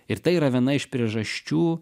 ir tai yra viena iš priežasčių